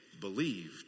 believed